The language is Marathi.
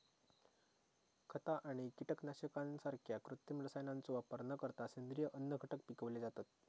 खता आणि कीटकनाशकांसारख्या कृत्रिम रसायनांचो वापर न करता सेंद्रिय अन्नघटक पिकवले जातत